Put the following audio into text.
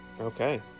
okay